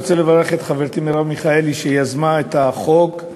אני רוצה לברך את חברתי מרב מיכאלי שיזמה את החוק,